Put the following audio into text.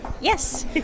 Yes